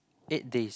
eight days